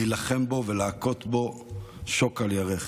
להילחם בו ולהכות אותו שוק על ירך.